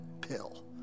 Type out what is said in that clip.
pill